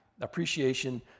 appreciation